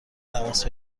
تماس